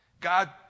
God